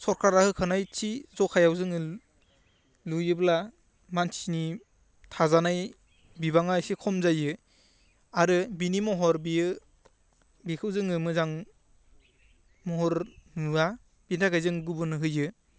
सरकारा होखानाय थि ज'खायाव जोङो लुयोब्ला मानसिनि थाजानाय बिबाङा एसे खम जायो आरो बिनि महर बियो बेखौ जोङो मोजां महर नुवा बेनि थाखायो जों गुबुन होयो